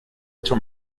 hecho